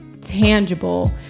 tangible